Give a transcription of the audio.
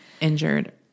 injured